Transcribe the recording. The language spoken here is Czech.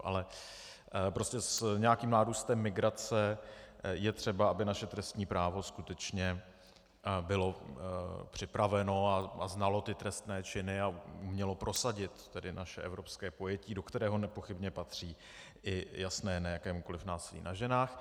Ale prostě s nějakým nárůstem migrace je třeba, aby naše trestní právo skutečně bylo připraveno a znalo ty trestné činy a umělo prosadit naše evropské pojetí, do kterého nepochybně patří i jasné NE jakémukoliv násilí na ženách.